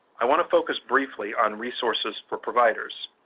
i want to focus briefly on resources for providers.